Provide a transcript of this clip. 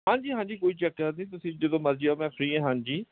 ਹਾਂਜੀ ਹਾਂਜੀ ਕੋਈ ਚੱਕਰ ਨਹੀਂ ਤੁਸੀਂ ਜਦੋਂ ਮਰਜ਼ੀ ਆਓ ਮੈਂ ਫਰੀ ਹਾਂਜੀ